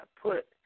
put